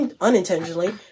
unintentionally